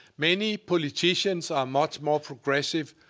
many politicians are much more progressive.